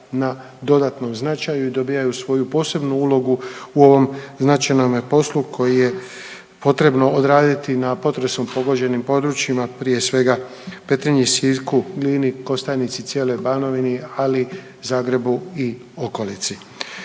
na dodatnom značaju i dobijaju svoju posebnu ulogu u ovom značajnome poslu koji je potrebno odraditi na potresom pogođenim područjima prije svega Petrinji, Sisku, Glini, Kostajnici, cijeloj Banovini ali Zagrebu i okolici.